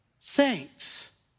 thanks